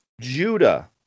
Judah